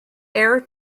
air